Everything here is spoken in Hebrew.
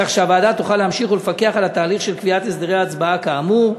כך שהוועדה תוכל להמשיך ולפקח על התהליך של קביעת הסדרי ההצבעה כאמור.